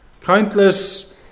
Countless